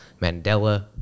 Mandela